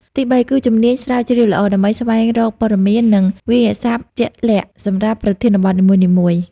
ទីបី គឺជំនាញស្រាវជ្រាវល្អ ដើម្បីស្វែងរកព័ត៌មាន និងវាក្យសព្ទជាក់លាក់សម្រាប់ប្រធានបទនីមួយៗ។